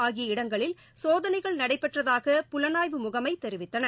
ஆகிய இடங்களில் சோதனைகள் நடைபெற்றதாக புலனாய்வு முகமை தெரிவித்தள